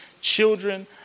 children